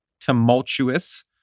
tumultuous